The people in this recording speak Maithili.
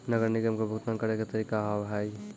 नगर निगम के भुगतान करे के तरीका का हाव हाई?